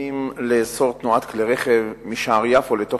מתכוונים לאסור תנועת כלי-רכב משער יפו לתוך